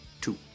Two